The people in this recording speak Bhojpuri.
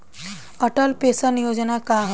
अटल पेंशन योजना का ह?